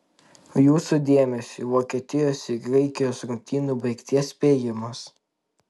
jūsų dėmesiui vokietijos ir graikijos rungtynių baigties spėjimas